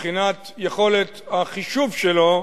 מבחינת יכולת החישוב שלו,